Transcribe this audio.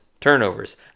turnovers